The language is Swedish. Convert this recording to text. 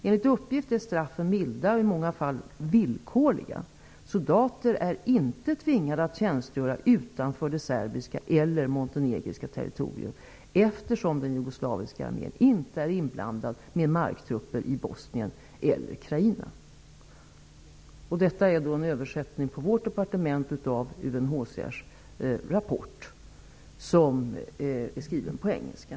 Enligt uppgift är straffen milda och i många fall villkorliga. Soldater är inte tvingade att tjänstgöra utanför det serbiska eller montenegriska territoriet, eftersom den jugoslaviska armén inte är inblandad med marktrupper i Bosnien eller Krajina. Dessa uppgifter ges i en översättning gjord på vårt departement av UNHCR:s rapport, som är skriven på engelska.